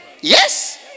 Yes